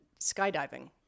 skydiving